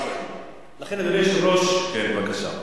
בבקשה.